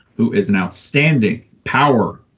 who is an outstanding power,